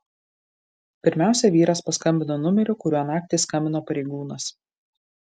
pirmiausia vyras paskambino numeriu kuriuo naktį skambino pareigūnas